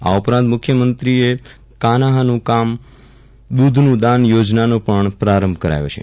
આ ઉપરાંત મુખ્યમંત્રીએ કાનાહનું કામ દૂધનું દાન યોજનાનો પણ પ્રારંભ કરાવ્યો છે